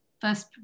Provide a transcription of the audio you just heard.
first